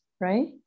right